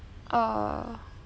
uh